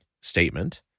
statement